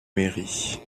mairie